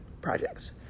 projects